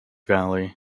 valley